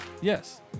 Yes